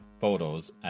photos